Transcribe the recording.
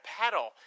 paddle